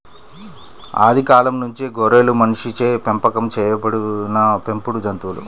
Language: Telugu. ఆది కాలం నుంచే గొర్రెలు మనిషిచే పెంపకం చేయబడిన పెంపుడు జంతువులు